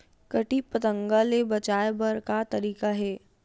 कीट पंतगा ले बचाय बर का तरीका हे?